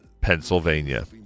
pennsylvania